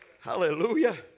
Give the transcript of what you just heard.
Hallelujah